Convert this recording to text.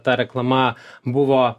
ta reklama buvo